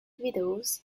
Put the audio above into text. videos